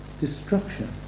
destruction